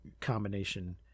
combination